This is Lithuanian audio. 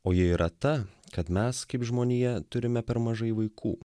o ji yra ta kad mes kaip žmonija turime per mažai vaikų